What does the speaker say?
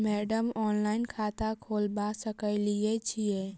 Madam online खाता खोलबा सकलिये छीयै?